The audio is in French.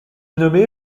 nommé